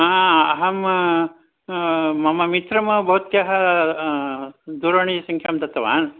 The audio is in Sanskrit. हा अहं मम मित्रं भवत्याः दूरवाणीसङ्ख्यां दत्तवान्